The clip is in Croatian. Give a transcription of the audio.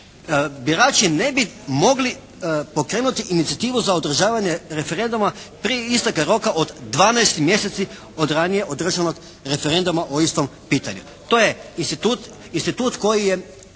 Birači ne bi mogli pokrenuti inicijativu za održavanje referenduma prije isteka roka od 12 mjeseci od ranije održanog referenduma o istom pitanju. To je institut koji je